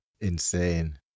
Insane